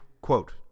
quote